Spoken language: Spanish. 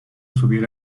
subir